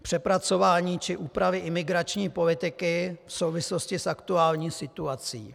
Přepracování či úpravy imigrační politiky v souvislosti s aktuální situací.